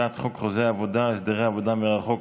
הצעת חוק חוזה העבודה (הסדרי עבודה מרחוק),